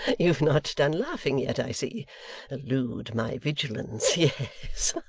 you've not done laughing yet, i see elude my vigilance yes,